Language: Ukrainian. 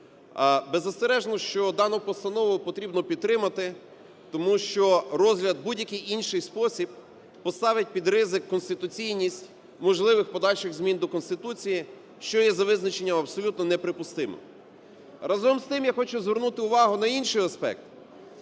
Беззастережно, що дану постанову потрібно підтримати, тому що розгляд в будь-який інший спосіб поставить під ризик конституційність можливих подальших змін до Конституції, що є за визначенням абсолютно неприпустимим. Разом з тим, я хочу звернути увагу на інший аспект.